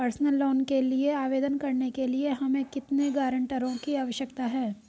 Personal loan के लिए आवेदन करने के लिए हमें कितने गारंटरों की आवश्यकता है?